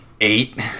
eight